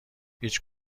هیچ